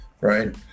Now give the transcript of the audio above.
right